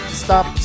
stop